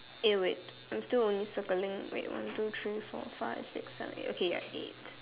eh wait I'm still only circling wait one two three four five six seven eight okay ya eight